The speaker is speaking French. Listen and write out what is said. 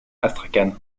astrakhan